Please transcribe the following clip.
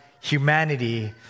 humanity